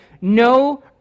no